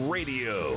Radio